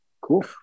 Cool